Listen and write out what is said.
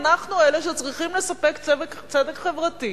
אנחנו אלה שצריכים לספק צדק חברתי.